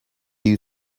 you